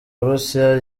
burusiya